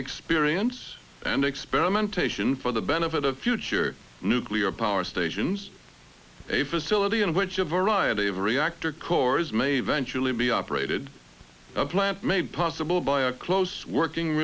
experience and experimentation for the benefit of future nuclear power stations a facility in which a variety of reactor cores may eventually be operated plant made possible by a close working